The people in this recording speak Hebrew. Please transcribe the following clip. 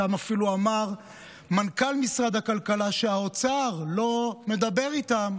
שם אפילו אמר מנכ"ל משרד הכלכלה שהאוצר לא מדבר איתם